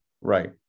Right